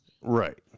Right